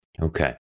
Okay